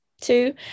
two